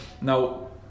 Now